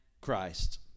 Christ